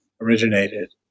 originated